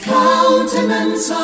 countenance